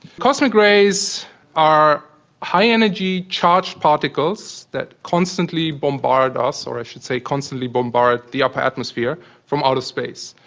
cosmic rays are high energy charged particles that constantly bombard us, or i should say, constantly bombard the upper atmosphere from outer space.